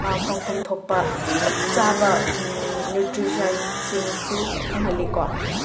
ꯐꯪꯐꯝ ꯊꯣꯛꯄ ꯆꯞ ꯆꯥꯕ ꯅ꯭ꯌꯨꯇ꯭ꯔꯤꯁꯟꯁꯤꯡꯁꯨ ꯐꯪꯍꯜꯂꯤꯀꯣ